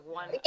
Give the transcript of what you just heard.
one